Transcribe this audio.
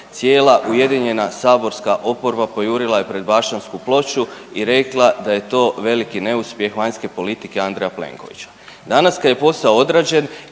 cijela ujedinjena saborska oporba pojurila je pred Bašćansku ploču i rekla da je to veliki neuspjeh vanjske politike Andreja Plenkovića.